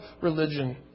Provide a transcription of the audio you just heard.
religion